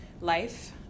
life